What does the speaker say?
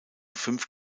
fünf